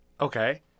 Okay